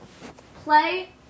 play